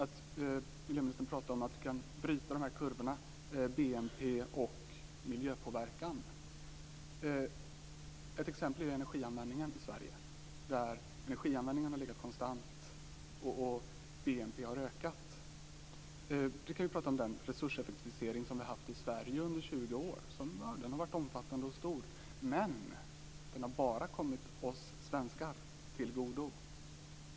Miljöministern pratade om att vi kan bryta kurvorna för BNP och miljöpåverkan. Ett exempel är ju energianvändningen i Sverige. Energianvändningen har legat konstant och BNP har ökat. Den resurseffektivisering som vi har haft i Sverige under 20 år har varit omfattande och stor, men den har bara kommit oss svenskar till godo.